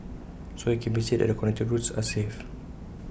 so IT can be said that the connecting routes are safe